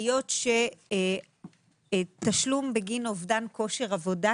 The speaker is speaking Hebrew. היות שתשלום בגין אובדן כושר עבודה,